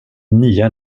nya